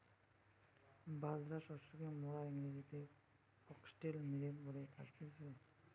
বাজরা শস্যকে মোরা ইংরেজিতে ফক্সটেল মিলেট বলে থাকতেছি